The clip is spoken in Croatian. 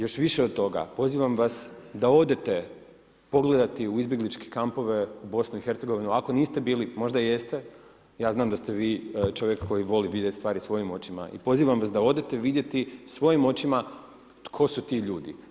Još više od toga, pozivam vas da odete pogledati u izbjegličke kampove u BiH-u ako niste bili, možda jeste, ja znam da ste vi čovjek koji voli vidjeti stvari svojim očima i pozivam vas da odete vidjeti svojim očima tko su ti ljudi.